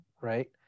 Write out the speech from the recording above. right